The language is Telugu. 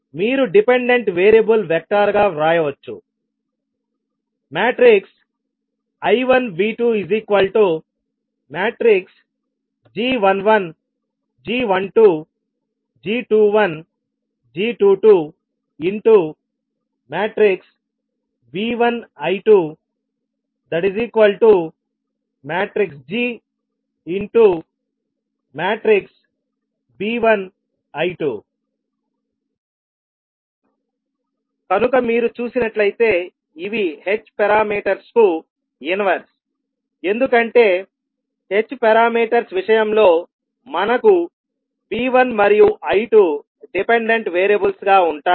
మీరు డిపెండెంట్ వేరియబుల్ వెక్టర్గా వ్రాయవచ్చు I1 V2 g11 g12 g21 g22 V1 I2 gV1 I2 కనుక మీరు చూసినట్లయితే ఇవి h పారామీటర్స్ కు ఇన్వెర్స్ ఎందుకంటే h పారామీటర్స్ విషయంలో మనకు V1 మరియు I2 డిపెండెంట్ వేరియబుల్స్ గా ఉంటాయి